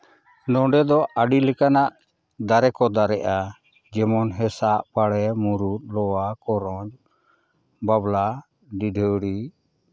ᱱᱚᱰᱮ ᱫᱚ ᱟᱹᱰᱤ ᱞᱮᱠᱟᱱᱟᱜ ᱫᱟᱨᱮ ᱠᱚ ᱫᱟᱨᱮᱜᱼᱟ ᱡᱮᱢᱚᱱ ᱦᱮᱸᱥᱟᱜ ᱵᱟᱲᱮ ᱢᱩᱨᱩᱫ ᱞᱚᱣᱟ ᱠᱚᱨᱚᱧ ᱵᱟᱵᱽᱞᱟ ᱰᱤᱰᱷᱟᱹᱲᱤ